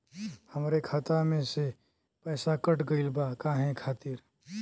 हमरे खाता में से पैसाकट गइल बा काहे खातिर?